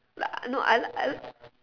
like~ uh no I like I like